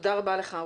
תודה רבה לך.